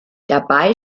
dabei